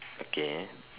okay